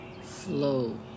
flow